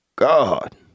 God